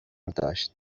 داشت